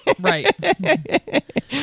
Right